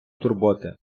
турботи